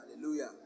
Hallelujah